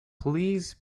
please